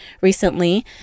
recently